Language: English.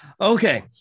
Okay